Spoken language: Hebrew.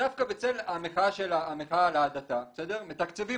דווקא בצל המחאה על ההדתה מתקצבים